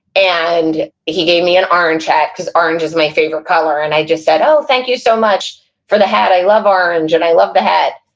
and he gave me an orange hat, because orange is my favorite color, and i just said, oh, thank you so much for the hat, i love orange, and i love the hat,